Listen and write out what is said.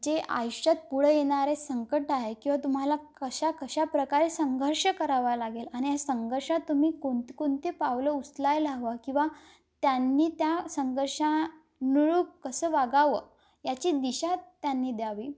जे आयुष्यात पुढे येणारे संकट आहे किंवा तुम्हाला कशा कशा प्र्रकारे संघर्ष करावा लागेल आणि हे संघर्षात तुम्ही कोणते कोणते पावलं उचलायला हवे किंवा त्यांनी त्या संघर्षानुरुप कसं वागावं याची दिशा त्यांनी द्यावी